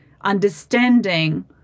understanding